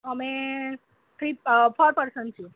અમે three four person છીએ